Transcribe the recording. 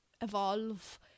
evolve